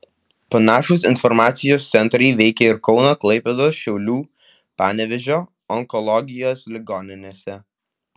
panašūs informacijos centrai veikė ir kauno klaipėdos šiaulių panevėžio onkologijos ligoninėse